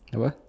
apa